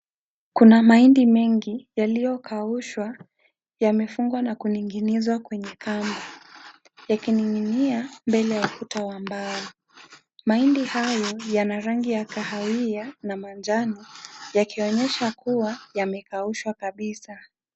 Kuna mahindi mengi yaliyokaushwa yamefungwa na kuning'inizwa kwenye kamba yakining'inia mbele ya ukuta wa mbao. Mahindi hayo yana rangi ya kahawia na manjano yakionyesha kuwa yamekaushwa kabisa.